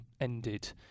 ended